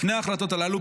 לפני ההחלטות הללו,